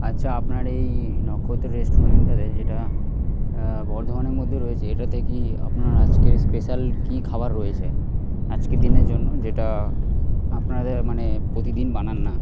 আচ্ছা আপনার এই নক্ষত্র রেস্টুরেন্টটাতে যেটা বর্ধমানের মধ্যে রয়েছে এটাতে কি আপনার আজকের স্পেশাল কি খাবার রয়েছে আজকের দিনের জন্য যেটা আপনাদের মানে প্রতিদিন বানান না